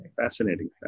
Fascinating